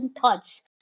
thoughts